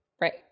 right